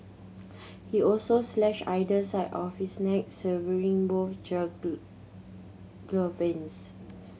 he also slashed either side of his neck severing both jugular veins